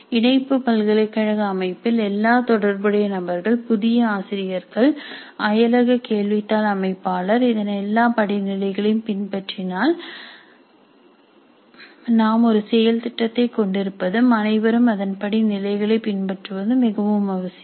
இணைப்பு பல்கலைக்கழக அமைப்பில் எல்லா தொடர்புடைய நபர்கள் புதிய ஆசிரியர்கள் அயலக கேள்வித்தாள் அமைப்பாளர் இதன் எல்லா படிநிலைகளை பின்பற்றினால் நாம் ஒரு செயல்திட்டத்தை கொண்டிருப்பதும் அனைவரும் அதன் படி நிலைகளை பின்பற்றுவதும் மிகவும் அவசியம்